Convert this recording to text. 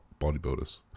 bodybuilders